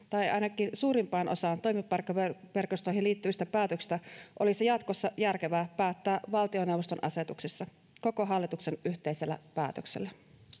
tai ainakin suurimmasta osasta toimipaikkaverkostoihin liittyvistä päätöksistä olisi jatkossa järkevää päättää valtioneuvoston asetuksissa koko hallituksen yhteisellä päätöksellä